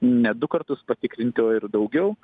ne du kartus patikrinti o ir daugiau